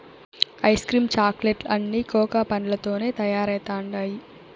ice cream chocolate లన్నీ cocoa పండ్లతోనే తయారైతండాయి